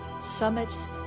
summits